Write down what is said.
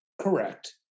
Correct